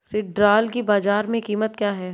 सिल्ड्राल की बाजार में कीमत क्या है?